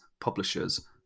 Publishers